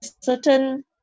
certain